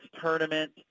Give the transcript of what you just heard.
tournament